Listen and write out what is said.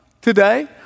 today